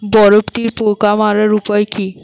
বরবটির পোকা মারার উপায় কি?